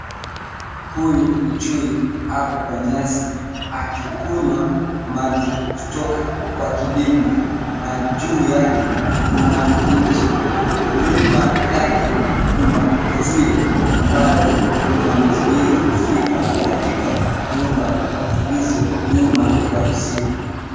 Huyu ni chui ako kwa nyasi akikunywa maji kutoka kwa kidimbwi. Na juu yake kuna mti, nyuma yake kuna uzio ambao unamzuia kufika katika nyumba zilizo nyuma ya uzio.